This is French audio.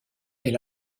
est